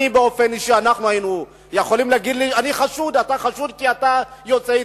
לי באופן אישי היו יכולים להגיד: אתה חשוד כי אתה יוצא אתיופיה.